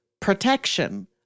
Protection